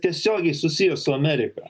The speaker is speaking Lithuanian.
tiesiogiai susiję su amerika